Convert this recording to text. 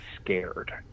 scared